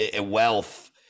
wealth